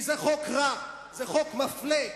כי זה חוק רע, זה חוק מפלה.